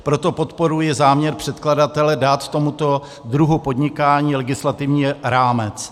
Proto podporuji záměr předkladatele dát tomuto druhu podnikání legislativní rámec.